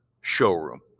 showroom